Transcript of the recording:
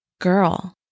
Girl